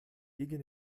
gegen